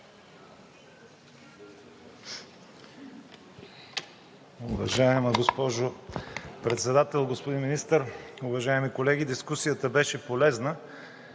Уважаема госпожо Председател, господин Министър, уважаеми колеги! Дискусията беше полезна.